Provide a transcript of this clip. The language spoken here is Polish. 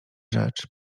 rzecz